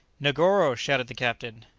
negoro! shouted the captain.